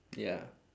ya